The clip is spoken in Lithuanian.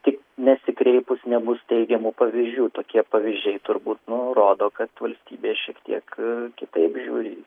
tik nesikreipus nebus teigiamų pavyzdžių tokie pavyzdžiai turbūt nu rodo kad valstybė šiek tiek kitaip žiūri į